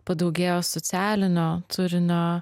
padaugėjo socialinio turinio